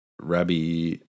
Rabbi